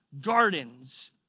gardens